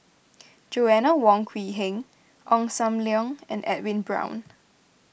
Joanna Wong Quee Heng Ong Sam Leong and Edwin Brown